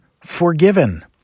forgiven